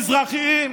לא רואים את המזרחים,